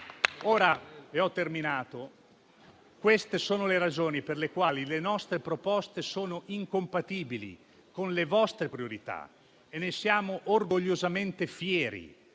In conclusione, queste sono le ragioni per le quali le nostre proposte sono incompatibili con le vostre priorità e ne siamo orgogliosamente fieri,